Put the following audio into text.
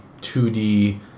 2D